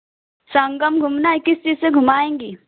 संगम घूमना है किस चीज़ से घुमाएंगी